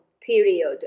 period